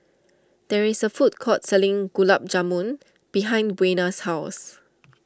there is a food court selling Gulab Jamun behind Buena's house